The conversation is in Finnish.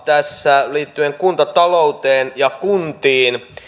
tässä liittyen kuntatalouteen ja kuntiin